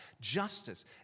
justice